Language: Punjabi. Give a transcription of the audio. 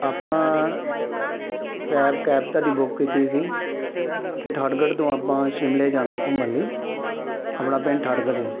ਆਪਾਂ ਕੈਬ ਕੈਬ ਤੁਹਾਡੀ ਬੁੱਕ ਕੀਤੀ ਸੀ ਕਿ ਠਾਠਗੜ੍ਹ ਤੋਂ ਆਪਾਂ ਸ਼ਿਮਲੇ ਜਾਣਾ ਘੁੰਮਣ ਲਈ ਆਪਣਾ ਪਿੰਡ ਠਾਠਗੜ੍ਹ ਆ